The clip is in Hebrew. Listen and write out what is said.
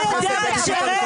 לימור סון הר מלך (עוצמה יהודית): שרן,